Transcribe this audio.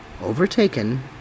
overtaken